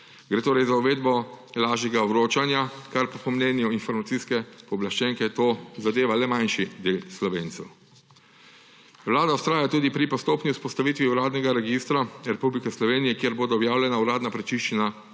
Gre torej za uvedbo lažjega vročanja, kar pa po mnenju informacijske pooblaščenke to zadeva le manjši del Slovencev. Vlada vztraja tudi pri postopni vzpostavitvi vladnega registra Republike Slovenije, kjer bodo objavljena uradna prečiščena